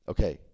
Okay